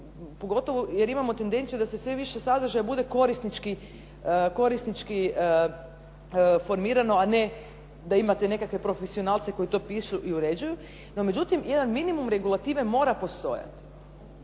pogotovo jer imamo tendenciju da sve više sadržaja bude korisnički formirano, a ne da imate nekakve profesionalce koji to pišu i uređuju, no međutim jedan minimum regulative mora postojati.